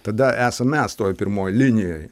tada esam mes toj pirmoj linijoj